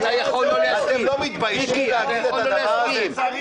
אתם לא מתביישים להגיד את הדבר הזה?